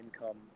income